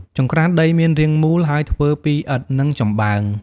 ចង្រ្កានដីមានរាងមូល ហើយធ្វើពីឥដ្ឋ និងចំបើង ។